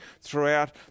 throughout